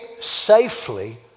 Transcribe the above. safely